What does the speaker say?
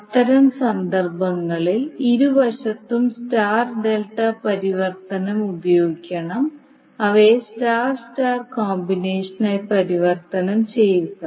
അത്തരം സന്ദർഭങ്ങളിൽ ഇരുവശത്തും സ്റ്റാർ ഡെൽറ്റ പരിവർത്തനം ഉപയോഗിക്കണം അവയെ സ്റ്റാർ സ്റ്റാർ കോമ്പിനേഷനായി പരിവർത്തനം ചെയ്യുക